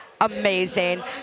amazing